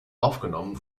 aufgenommen